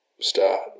start